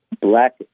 black